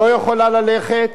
לא יכולה ללכת,